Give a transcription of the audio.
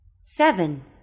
seven